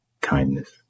kindness